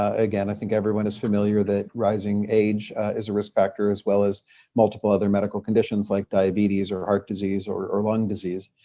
ah again i think everyone is familiar that rising age is a risk factor as well as multiple other medical conditions like diabetes or heart disease or or lung disease.